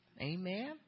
Amen